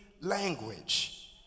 language